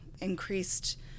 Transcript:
increased